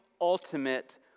ultimate